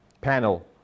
panel